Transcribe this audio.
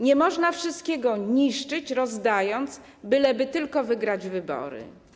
Nie można wszystkiego niszczyć, rozdając, byleby tylko wygrać wybory.